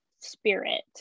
spirit